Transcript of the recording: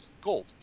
gold